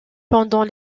pendant